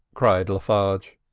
cried le farge.